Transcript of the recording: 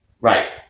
Right